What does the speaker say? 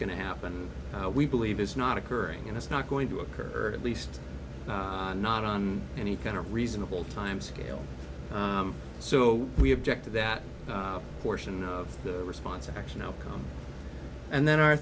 going to happen we believe is not occurring and it's not going to occur at least not on any kind of reasonable time scale so we object to that portion of the response action outcome and then our